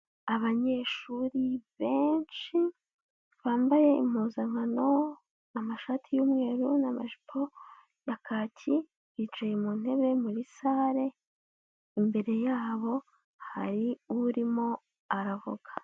Abanyeshuri benshi bambaye impuzankano, amashati y'umweru n'amajipo ya kaki, bicaye mu ntebe, muri salle imbere yabo hari urimo aravuga.